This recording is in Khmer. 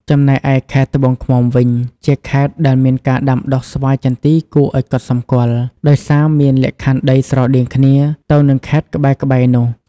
ចំណែកឯខេត្តត្បូងឃ្មុំវិញ ជាខេត្តដែលមានការដាំដុះស្វាយចន្ទីគួរឱ្យកត់សម្គាល់ ដោយសារមានលក្ខខណ្ឌដីស្រដៀងគ្នាទៅនឹងខេត្តក្បែរៗនោះ។